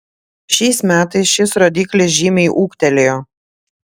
šiais metais šis rodiklis žymiai ūgtelėjo